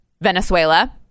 Venezuela